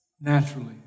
naturally